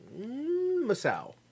Masao